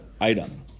item